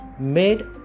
made